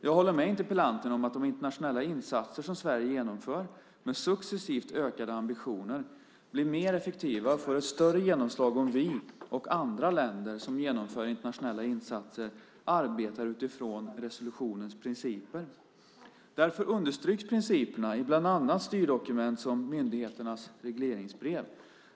Jag håller med interpellanten om att de internationella insatser som Sverige genomför, med successivt ökade ambitioner, blir mer effektiva och får ett större genomslag om vi och andra länder som genomför internationella insatser arbetar utifrån resolutionens principer. Därför understryks principerna i bland annat styrdokument som myndigheternas regleringsbrev.